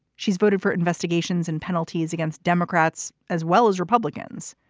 she's voted for investigations and penalties against democrats as well as republicans.